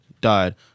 died